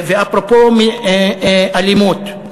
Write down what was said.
ואפרופו אלימות,